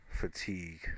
fatigue